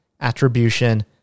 Attribution